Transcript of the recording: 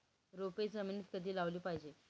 रोपे जमिनीत कधी लावली पाहिजे?